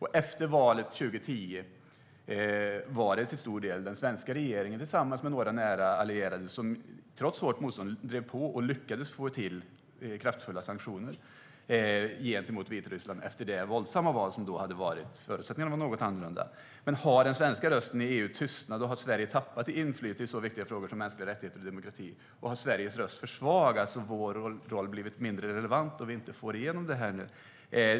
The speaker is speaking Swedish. Efter valet 2010 var det till stor del den svenska regeringen, tillsammans med några nära allierade, som trots hårt motstånd drev på för och lyckades få till kraftfulla sanktioner gentemot Vitryssland efter det våldsamma val som då hade varit. Förutsättningarna var något annorlunda. Har den svenska rösten i EU tystnat och har Sverige tappat inflytande i så viktiga frågor som mänskliga rättigheter och demokrati? Har Sveriges röst försvagats och vår roll blivit mindre relevant, då vi inte får igenom det här nu?